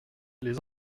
les